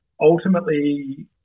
ultimately